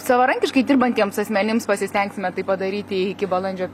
savarankiškai dirbantiems asmenims pasistengsime tai padaryti iki balandžio